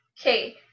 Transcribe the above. Okay